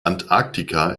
antarktika